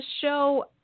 show